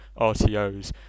RTOs